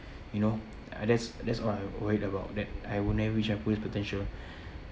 you know uh that's that what I worried about that I will never reach my fullest potential